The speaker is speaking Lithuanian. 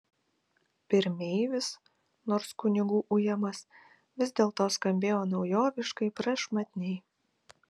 pirmeivis nors kunigų ujamas vis dėlto skambėjo naujoviškai prašmatniai